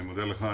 אני מודה לך.